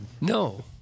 No